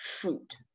fruit